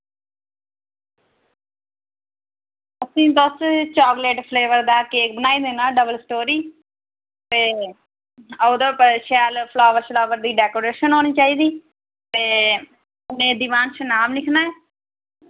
असें तुस chocolate flavour दा केक बनाई देना डबल स्टोरी ते ओह्दे उप्पर शैल फ्लावर श्लावर दी डैकोरेशन होनी चाहिदी ते कन्नै दिवांश नाम लिखना ऐ